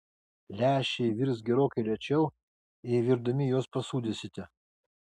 lęšiai virs gerokai lėčiau jei virdami juos pasūdysite